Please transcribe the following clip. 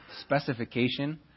specification